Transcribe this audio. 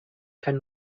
kein